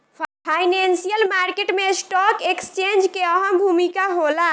financial market में stock exchange के अहम भूमिका होला